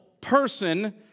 person